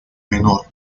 menor